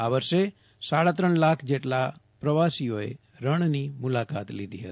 આ વરસે સાડાત્રણ લાખ જેટલા પ્રવાસીઓએ મુલાકાત લીધી હતી